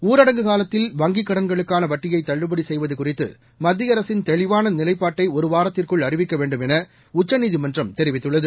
ஊரடங்கு காலத்தில் வங்கிக் கடன்களுக்கான வட்டியை தள்ளுபடி கெய்வது குறித்து மத்திய அரசின் தெளிவான நிலைப்பாட்டை ஒருவாரத்திற்குள் அறிவிக்க வேண்டும் என உச்சநீதிமன்றம் தெரிவித்துள்ளது